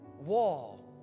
wall